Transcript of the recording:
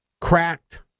cracked